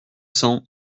cents